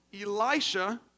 Elisha